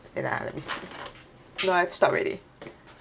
wait ah let me see no it stop already